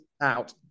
out